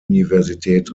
universität